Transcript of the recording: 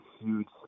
huge